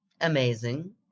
amazing